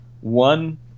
one